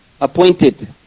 appointed